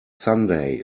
sunday